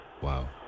Wow